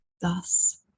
Thus